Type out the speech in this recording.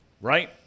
right